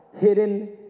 hidden